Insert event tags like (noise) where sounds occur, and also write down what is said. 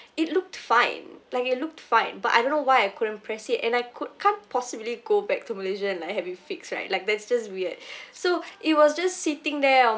it looked fine like it looked fine but I don't know why I couldn't press it and I could can't possibly go back to malaysia and like have it fixed right like that's just weird (breath) so it was just sitting there